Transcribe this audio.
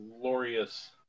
glorious